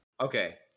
Okay